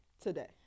Today